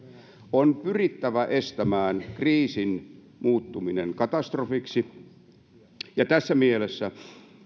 on pyrittävä estämään kriisin muuttuminen katastrofiksi tässä mielessä